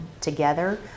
together